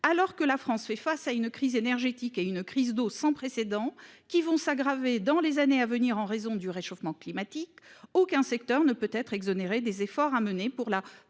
alors que la France fait face à une crise énergétique et une crise d'eau sans précédent qui vont s'aggraver dans les années à venir en raison du réchauffement climatique. Aucun secteur ne peut être exonérée des efforts à mener pour la